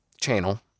channel